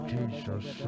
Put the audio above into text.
Jesus